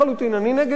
אני נגד הגבול הפתוח.